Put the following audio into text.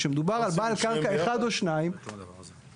כשמדובר על בעל קרקע אחד או שניים --- לא עושים את השניים ביחד?